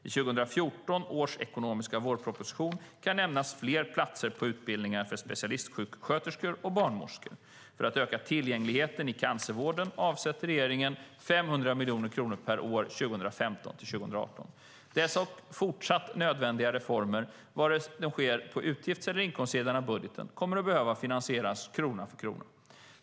I 2014 års ekonomiska vårproposition kan nämnas fler platser på utbildningar för specialistsjuksköterskor och barnmorskor. För att öka tillgängligheten i cancervården avsätter regeringen 500 miljoner kronor per år 2015-2018. Dessa och fortsatt nödvändiga reformer, vare sig de sker på utgifts eller inkomstsidan av budgeten, kommer att behöva finansieras krona för krona.